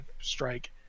strike